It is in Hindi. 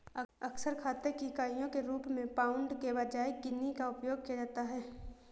अक्सर खाते की इकाइयों के रूप में पाउंड के बजाय गिनी का उपयोग किया जाता है